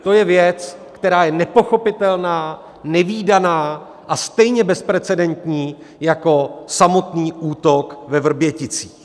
To je věc, která je nepochopitelná, nevídaná a stejně bezprecedentní jako samotný útok ve Vrběticích.